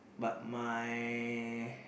but my